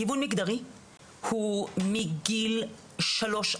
גיבוי מגדרי הוא מגיל שלוש,